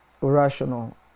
rational